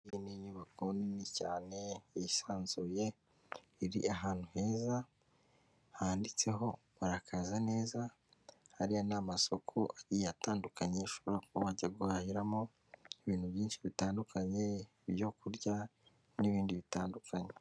Iyi ni inyubako nini cyane yisanzuye, iri ahantu heza handitseho murakaza neza, hariya ni amasoko agiye atandukanye ushobora kuba wajya guhahiramo ibintu byinshi bitandukanye ibyo kurya n'ibindi bitandukanye.